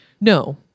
No